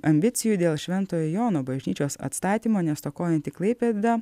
ambicijų dėl šventojo jono bažnyčios atstatymo nestokojanti klaipėda